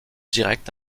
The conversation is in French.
direct